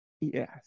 Yes